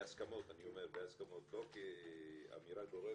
בהסכמות, אני אומר, בהסכמות לא כאמירה גורפת,